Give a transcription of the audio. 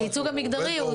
הייצוג המגדרי הוא